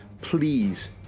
please